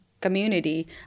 community